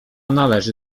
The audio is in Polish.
należy